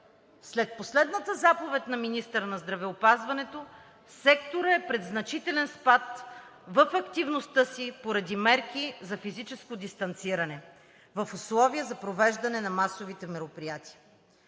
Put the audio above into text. След последната заповед на министъра на здравеопазването секторът е пред значителен спад в активността си, поради мерки за физическо дистанциране, в условия за провеждане на масовите мероприятия.